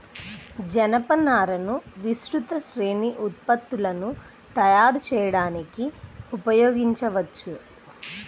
జనపనారను విస్తృత శ్రేణి ఉత్పత్తులను తయారు చేయడానికి ఉపయోగించవచ్చు